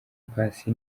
paccy